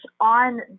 on